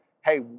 hey